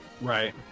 Right